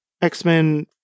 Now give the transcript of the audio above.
X-Men